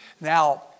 Now